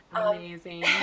Amazing